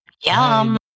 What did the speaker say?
Yum